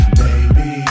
baby